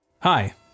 Hi